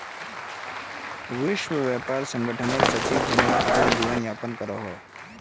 विश्व व्यापार संगठनेर सचिव जेनेवात अपना जीवन यापन करोहो